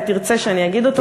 אתה תרצה שאני אגיד אותו,